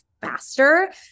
faster